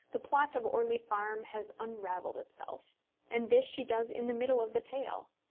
the plot of orley farm has unravelled itself and this she does in the middle of the tale.